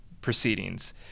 proceedings